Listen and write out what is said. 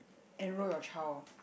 enroll your child